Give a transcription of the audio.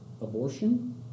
abortion